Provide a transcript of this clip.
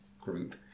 group